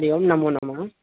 हरि ओम् नमो नमः